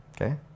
Okay